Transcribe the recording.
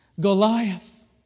Goliath